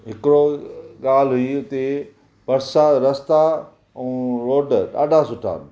हिकिड़ो ॻाल्हि हुई उते पर्सा रस्ता ऐं रोड ॾाढा सुठा हुआ